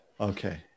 Okay